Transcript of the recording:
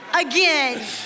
Again